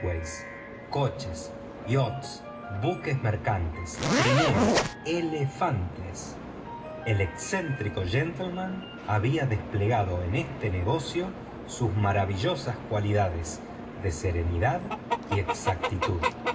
coches yatchs buques mercantes trineos elefantes el excéntrico caballero había desplegado en este negocio sus maravillosas cualidades de serenidad y exactitud